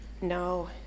no